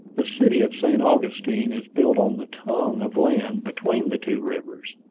the city of st. augustine is built on the tongue of land between the two rivers.